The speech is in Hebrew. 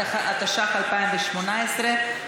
התשע"ח 2018,